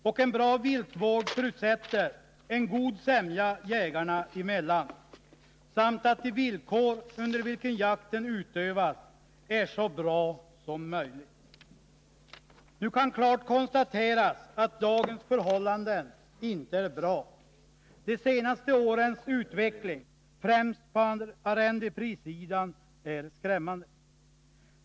Och en bra viltvård förutsätter en god sämja jägarna emellan, samt att de villkor under vilka jakten utövas är så bra som möjligt. Nu kan klart konstateras att dagens förhållanden inte är bra; de senaste årens utveckling främst på arrendeprissidan är skrämmande.